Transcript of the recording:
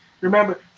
remember